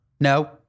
No